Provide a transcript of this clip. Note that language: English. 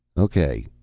okay.